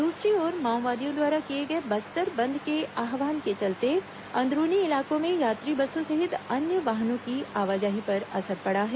दूसरी ओर माओवादियों द्वारा किए गए बस्तर बंद के आहवान के चलते अंदरूनी इलाकों में यात्री बसों सहित अन्य वाहनों की आवाजाही पर असर पड़ा है